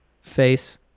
face